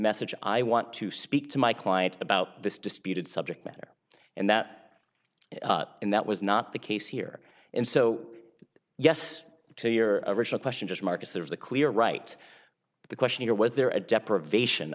message i want to speak to my client about this disputed subject matter and that and that was not the case here and so yes to your original question just marcus there was a clear right the question or was there a deprivation